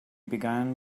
began